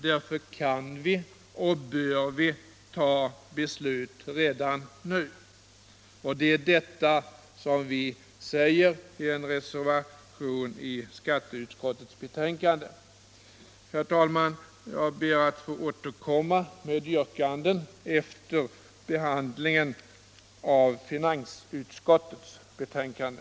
Därför kan vi och bör vi ta beslut redan nu, och det är detta som sägs i reservationen till skatteutskottets betänkande. Herr talman! Jag ber att få återkomma med yrkanden efter behandlingen av finansutskottets betänkande.